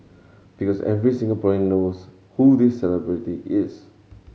because every Singaporean knows who this celebrity is